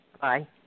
Bye